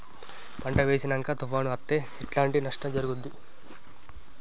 పంట వేసినంక తుఫాను అత్తే ఎట్లాంటి నష్టం జరుగుద్ది?